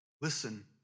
Listen